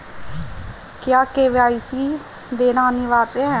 क्या के.वाई.सी देना अनिवार्य है?